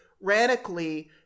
radically